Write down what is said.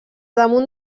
damunt